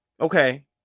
okay